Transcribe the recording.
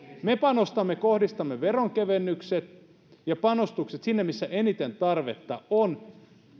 me panostamme kohdistamme veronkevennykset ja panostukset sinne missä eniten tarvetta on